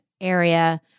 area